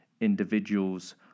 individuals